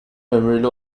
ömürlü